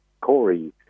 Corey